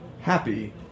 happy